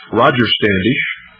roger standish,